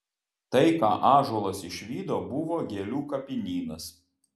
tai ką ąžuolas išvydo buvo gėlių kapinynas